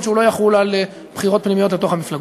שהוא לא יחול על בחירות פנימיות בתוך המפלגות.